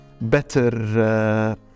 better